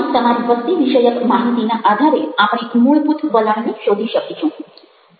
અને તમારી વસ્તીવિષયક માહિતીના આધારે આપણે મૂળભૂત વલણને શોધી શકીશું